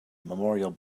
memorial